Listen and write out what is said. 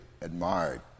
admired